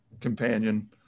companion